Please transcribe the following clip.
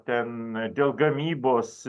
ten dėl gamybos